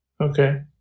okay